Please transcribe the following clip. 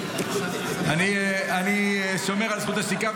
אני שומר על זכות השתיקה,